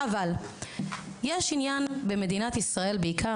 אבל יש עניין במדינת ישראל בעיקר,